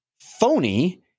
phony